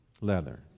leather